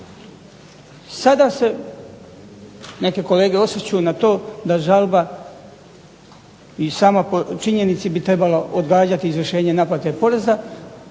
Sada se neke kolege osvrću na to da žalba i sama po činjenici bi trebala odgađati izvršenje naplate poreza,